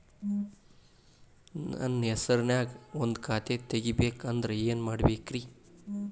ನನ್ನ ಹೆಸರನ್ಯಾಗ ಒಂದು ಖಾತೆ ತೆಗಿಬೇಕ ಅಂದ್ರ ಏನ್ ಮಾಡಬೇಕ್ರಿ?